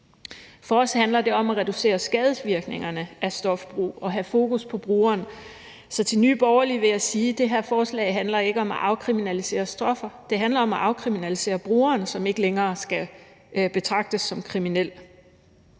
For os handler det om at reducere skadevirkningerne af stofbrug og have fokus på brugeren. Så til Nye Borgerlige vil jeg sige, at det her forslag ikke handler om at afkriminalisere stoffer; det handler om at afkriminalisere brugeren, som ikke længere skal betragtes som kriminel.